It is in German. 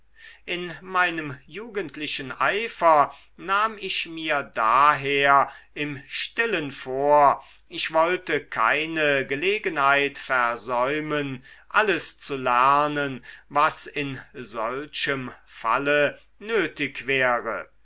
in meinem jugendlichen eifer nahm ich mir daher im stillen vor ich wollte keine gelegenheit versäumen alles zu lernen was in solchem falle nötig wäre